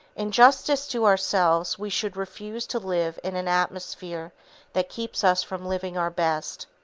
in justice to ourselves we should refuse to live in an atmosphere that keeps us from living our best.